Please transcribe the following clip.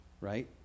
Right